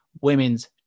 women's